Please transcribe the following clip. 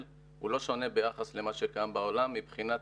אבל בהחלט אנחנו מכינים את